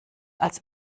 als